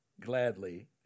gladly